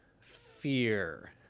fear